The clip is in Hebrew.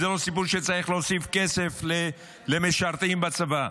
וזה לא סיפור שצריך להוסיף כסף למשרתים בצבא.